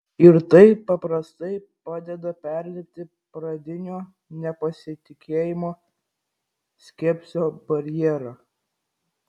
ir tai paprastai padeda perlipti pradinio nepasitikėjimo skepsio barjerą